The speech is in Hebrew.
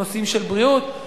נושאים של בריאות.